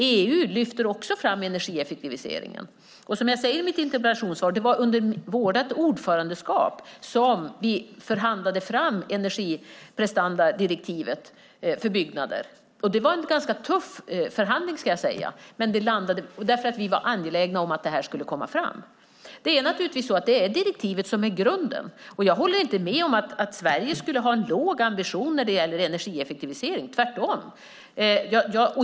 EU lyfter också fram energieffektivisering. Som jag säger i mitt interpellationssvar var det under vårt ordförandeskap som vi förhandlade fram energiprestandadirektivet för byggnader. Det var en ganska tuff förhandling för att vi var angelägna om att detta skulle komma fram. Det är naturligtvis direktivet som är grunden. Jag håller inte med om att Sverige skulle ha en låg ambition när det gäller energieffektivisering - tvärtom.